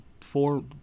Four